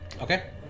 Okay